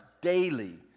daily